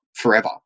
forever